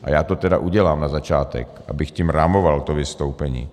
A já to tedy udělám na začátek, abych tím rámoval to vystoupení.